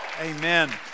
Amen